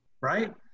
right